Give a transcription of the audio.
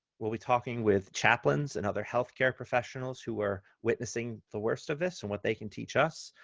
we'll be talking with chaplains and other healthcare professionals who are witnessing the worst of this, and what they can teach us.